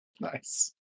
Nice